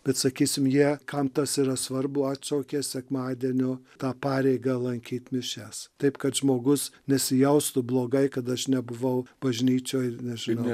bet sakysim jie kam tas yra svarbu atšaukė sekmadienio tą pareigą lankyt mišias taip kad žmogus nesijaustų blogai kad aš nebuvau bažnyčioj ir nežinau